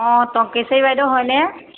অঁ টংকেশ্ৱৰী বাইদেউ হয়নে